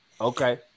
okay